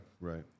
right